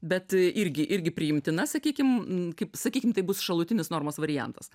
bet irgi irgi priimtina sakykim kaip sakykim tai bus šalutinis normos variantas